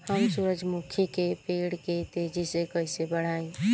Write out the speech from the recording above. हम सुरुजमुखी के पेड़ के तेजी से कईसे बढ़ाई?